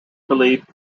believed